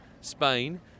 Spain